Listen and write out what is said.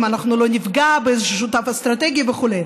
אם אנחנו לא נפגע באיזה שותף אסטרטגי וכו'.